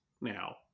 now